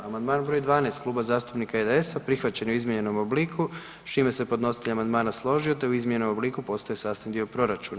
Amandman br. 12 Kluba zastupnika IDS-a prihvaćen je u izmijenjenom obliku s čime se podnositelj amandmana složio te u izmijenjenom obliku postaje sastavni dio proračuna.